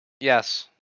Yes